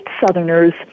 Southerners